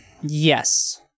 yes